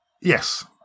yes